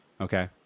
Okay